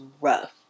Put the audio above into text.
rough